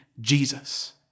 Jesus